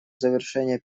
завершения